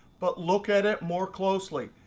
but look at it more closely.